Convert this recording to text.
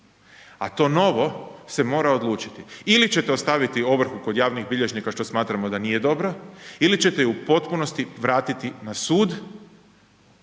A to novo se mora odlučiti, ili ćete ostaviti ovrhu kod javnih bilježnika što smatramo da nije dobro, ili ćete ju u potpunosti vratiti na sud